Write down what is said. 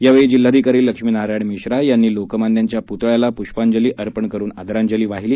यावेळी जिल्हाधिकारी लक्ष्मीनारायण मिश्रा यांनी लोकमान्यांच्या पुतळ्याला पुष्पाजंली अर्पण करून आदरांजली वाहिली